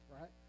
right